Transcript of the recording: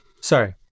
Sorry